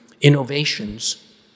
innovations